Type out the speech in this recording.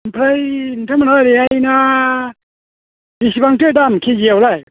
ओमफ्राय नोंथांमोनहा ओरैहाय ना बेसेबांथो दाम केजियावलाय